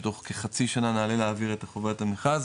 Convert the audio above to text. תוך כחצי שנה נעלה לאויר את חוברת המכרז,